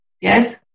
Yes